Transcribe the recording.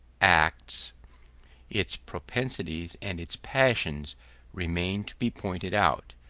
acts its propensities and its passions remain to be pointed out,